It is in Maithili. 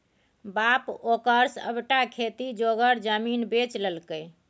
बाप ओकर सभटा खेती जोगर जमीन बेचि लेलकै